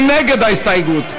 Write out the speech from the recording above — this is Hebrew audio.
מי נגד ההסתייגות?